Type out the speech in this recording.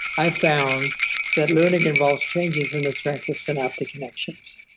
i found that learning involves changes in the strength of synaptic connections.